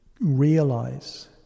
realize